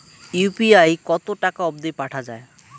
UPI কতো টাকা অব্দি পাঠা যায়?